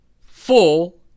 full